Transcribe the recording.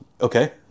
Okay